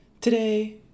Today